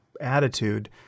attitude